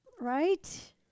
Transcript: Right